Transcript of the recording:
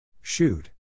Shoot